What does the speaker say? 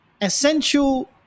Essential